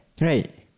Right